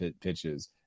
pitches